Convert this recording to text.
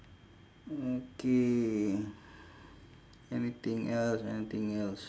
mm K anything else anything else